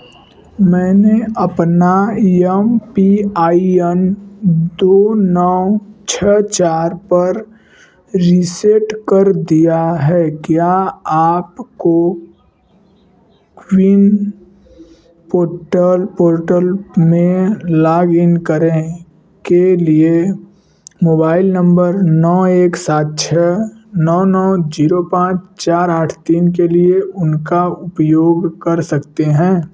मैंने अपना M P I N दो नौ छः चार पर रिसेट कर दिया है क्या आपको फ्लिंग पॉर्टल पॉर्टल में लॉगईन करें के लिए मोबाइल नंबर नौ एक सात छः नौ नौ जीरो पाँच चार आठ तीन के लिए उनका उपयोग कर सकते हैं